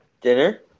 dinner